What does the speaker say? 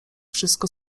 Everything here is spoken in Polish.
wszystko